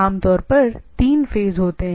आमतौर पर तीन फेस होते हैं